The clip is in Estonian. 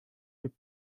võib